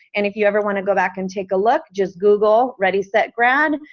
and if you ever want to go back and take a look just google ready set grad,